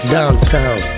Downtown